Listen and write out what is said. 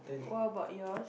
what about yours